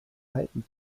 halben